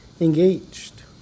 engaged